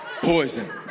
Poison